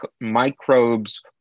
microbes